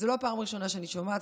זאת לא פעם ראשונה שאני שומעת,